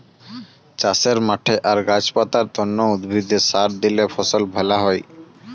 চাষের মাঠে আর গাছ পাতার তন্ন উদ্ভিদে সার দিলে ফসল ভ্যালা হই